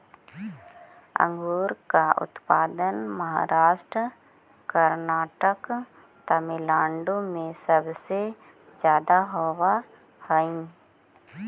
अंगूर का उत्पादन महाराष्ट्र, कर्नाटक, तमिलनाडु में सबसे ज्यादा होवअ हई